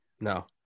no